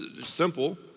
Simple